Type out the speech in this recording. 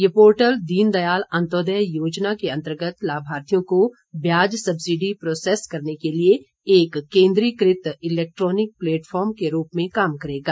यह पोर्टल दीनदयाल अंत्योरदय योजना के अंतर्गत लाभार्थियों को ब्याज सब्सिडी प्रोसेस करने के लिए एक केन्द्रीकृत इलेक्टॉनिक प्लेटफार्म के रूप में काम करेगा